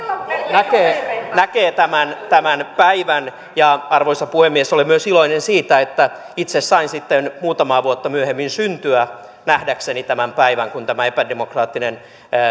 näkee näkee tämän tämän päivän arvoisa puhemies olen myös iloinen siitä että itse sain sitten muutamaa vuotta myöhemmin syntyä nähdäkseni tämän päivän kun tämä epädemokraattinen